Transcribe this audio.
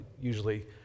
usually